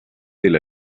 del